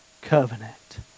covenant